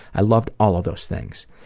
i loved all of those things.